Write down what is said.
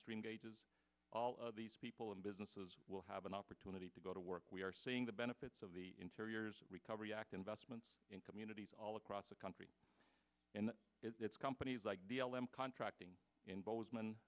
stream gauges all of these people and businesses will have an opportunity to go to work we are seeing the benefits of the interiors recovery act investments in communities all across the country and it's companies like b l m contracting in bozeman